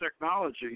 technology